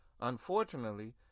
Unfortunately